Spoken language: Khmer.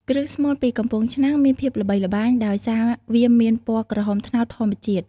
គ្រឿងស្មូនពីកំពង់ឆ្នាំងមានភាពល្បីល្បាញដោយសារវាមាន ពណ៌ក្រហមត្នោត ធម្មជាតិ។